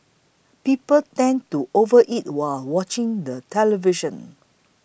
people tend to overeat while watching the television